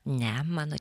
ne mano